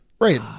Right